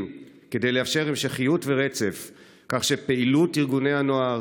כדי לאפשר המשכיות ורצף כך שפעילות ארגוני הנוער,